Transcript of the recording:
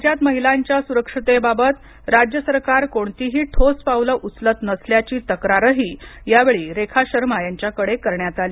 राज्यात महिलांच्या सुरक्षेबाबत राज्य सरकार कोणतीही ठोस पावलं उचलत नसल्याची तक्रारही यावेळी रेखा शर्मा यांच्याकडे करण्यात आली